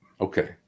Okay